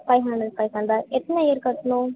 five hundred five ஹன்ட்ரெடாக எத்தனை year கட்டணும்